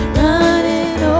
running